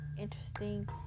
interesting